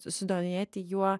susidomėti juo